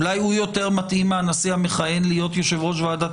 אולי הוא יותר מתאים מהנשיא המכהן להיות יושב ראש ועדת